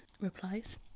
replies